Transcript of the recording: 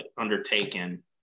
undertaken